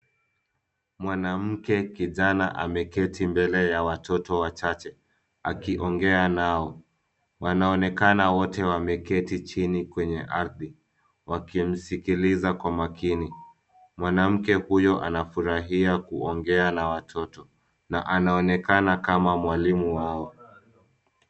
Mwanamke kijana ameketi mbele ya watoto wachache akiongea nayo. Wanaonekana wote wameketi chini kwenye aridhi, wakimsikiliza kwa makini, mwanamke huyu anafurahia kuongea na watoto na anaonekana kama mwalimu wao.